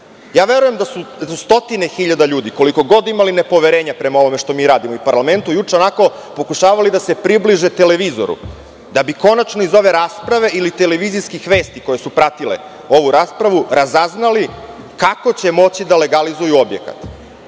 verujem da su stotine hiljada ljudi koliko god imali nepoverenja prema ovome što mi radimo i parlamentu juče, onako pokušavali da se približe televizoru da bi konačno iz ove rasprave, ili televizijskih vesti koje su pratile ovu raspravu, razaznali kako će moći da legalizuju objekat,